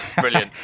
brilliant